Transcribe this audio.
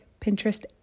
Pinterest